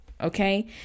Okay